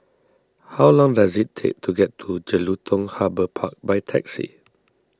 how long does it take to get to Jelutung Harbour Park by taxi